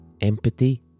empathy